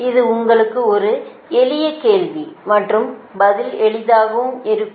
இது உங்களுக்கு ஒரு எளிய கேள்வி மற்றும் பதில் எளிதாகவும் இருக்கும்